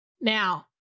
Now